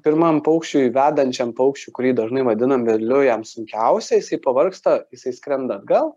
pirmam paukščiui vedančiam paukščiui kurį dažnai vadinam vedliu jam sunkiausia jisai pavargsta jisai skrenda atgal